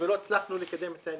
ולא הצלחנו לקדם את העניין.